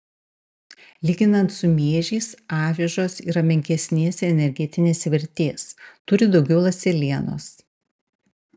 lyginant su miežiais avižos yra menkesnės energetinės vertės turi daugiau ląstelienos